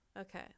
okay